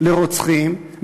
לרוצחים,